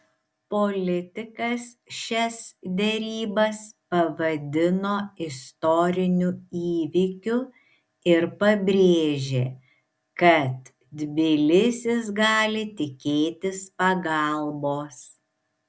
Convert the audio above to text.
politikas šias derybas pavadino istoriniu įvykiu ir pabrėžė kad tbilisis gali tikėtis pagalbos